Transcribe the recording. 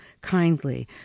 kindly